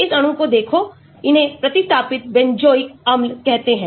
इस अणु को देखो इन्हें प्रतिस्थापित बेंजोइक अम्ल कहते हैं